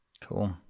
Cool